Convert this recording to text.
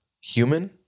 human